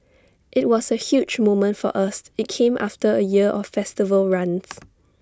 IT was A huge moment for us IT came after A year of festival runs